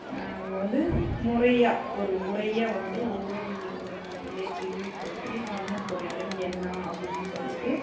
வந்து முறையாக ஒரு உரையாக வந்து ஒவ்வொரு வில்லேஜுலேயும் போய்விட்டு என்ன குறைகள் என்ன அப்படினு சொல்லிட்டு